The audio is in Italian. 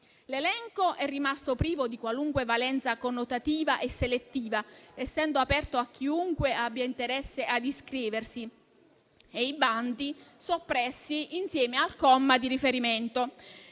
L'elenco è rimasto privo di qualunque valenza connotativa e selettiva, essendo aperto a chiunque abbia interesse ad iscriversi, e i bandi sono stati soppressi insieme al comma di riferimento.